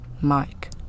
Mike